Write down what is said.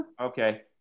okay